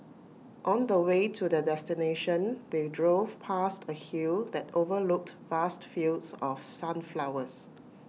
on the way to their destination they drove past A hill that overlooked vast fields of sunflowers